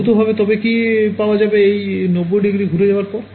ভউতভাবে তবে কি পাওয়া যাবে এই ৯০০ ঘুরে যাওয়ার পর